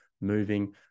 moving